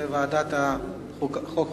זו ועדת החוקה,